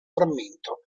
frammento